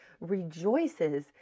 rejoices